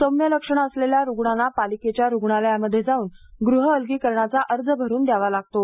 सौम्य लक्षणे असलेल्या रूग्णांना पालिकेच्या रूग्णालयामध्ये जाऊन गृहअलगीकरणाचा अर्ज भरून द्यावा लागतो